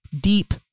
deep